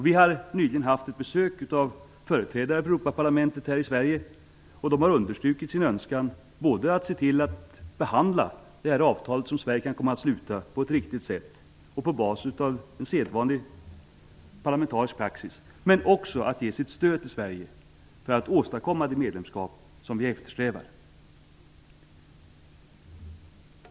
Vi har nyligen haft ett besök av företrädare för Europaparlamentet här i Sverige, och de har understrukit sin önskan både att se till att behandla det avtal som Sverige kan komma att sluta på ett riktigt sätt och på bas av sedvanlig parlamentarisk praxis och att ge sitt stöd till Sverige, för att åstadkomma det medlemskap som vi eftersträvar.